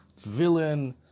villain